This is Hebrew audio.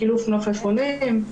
קילוף מלפפונים.